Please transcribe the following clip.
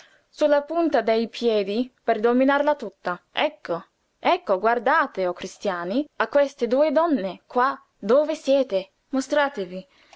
la punta dei piedi per dominarla tutta ecco ecco guardate o cristiani a queste due donne qua dove siete mostratevi